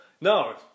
No